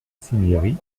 cinieri